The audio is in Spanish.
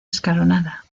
escalonada